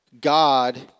God